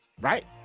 Right